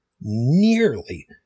nearly